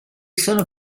sono